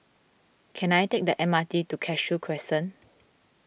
can I take the M R T to Cashew Crescent